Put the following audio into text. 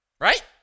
right